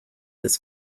his